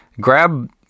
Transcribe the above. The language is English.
grab